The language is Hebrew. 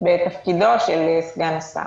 הם לא ענייניים, דבר שלא ניתן להסכים לו.